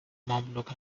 mamluk